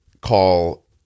call